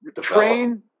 train